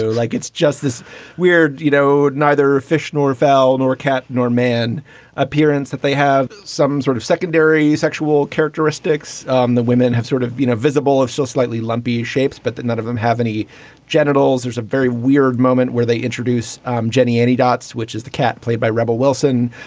so like, it's just this weird, you know, neither efficient or foul and or cat nor man appearance that they have some sort of secondary sexual characteristics. um the women have sort of, you know, visible of still slightly lumpy shapes, but that none of them have any genitals. there's a very weird moment where they introduce jenny, any dots, which is the cat played by rebel wilson.